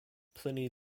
pliny